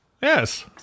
Yes